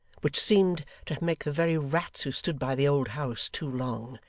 which seemed to make the very rats who stood by the old house too long,